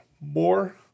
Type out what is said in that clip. more